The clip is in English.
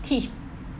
teach